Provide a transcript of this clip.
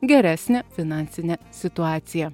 geresnę finansinę situaciją